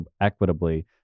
equitably